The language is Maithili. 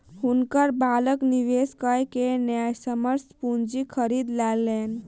हुनकर बालक निवेश कय के न्यायसम्य पूंजी खरीद लेलैन